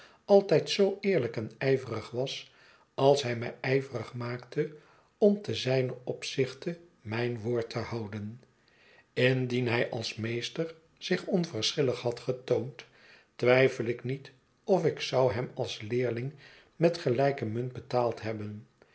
altijd zoo eerlijk en ijverig was als hij mij ijverig maakte om tezijnenopzichte mijn woord te houden indien hij als meester zich onverschillig had getoond twijfel ik niet of ik zou hem als leerling met gelijke munt betaald hebben